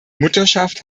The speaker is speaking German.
mutterschaft